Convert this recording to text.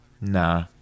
nah